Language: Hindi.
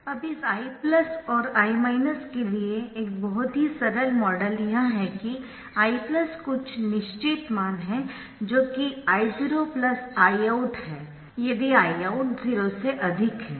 अब इस I और I के लिए एक बहुत ही सरल मॉडल यह है कि I कुछ निश्चित मान है जो कि I0 I out है यदि Iout 0 से अधिक है